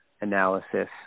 analysis